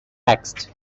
text